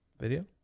video